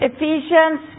Ephesians